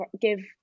give